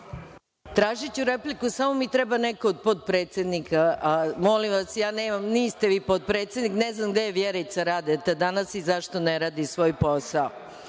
Tražiću repliku, samo mi treba neko od potpredsednika, molim vas ja nemam. Niste vi potpredsednik, ne znam gde je Vjerica Radeta danas i zašto ne radi svoj posao.